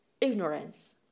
ignorance